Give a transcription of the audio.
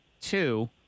two